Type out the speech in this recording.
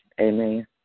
Amen